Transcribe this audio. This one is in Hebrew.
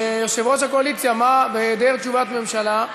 יושב-ראש הקואליציה, בהיעדר תשובת ממשלה,